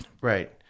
Right